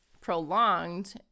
prolonged